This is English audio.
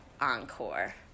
Encore